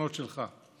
בכישלונות שלך.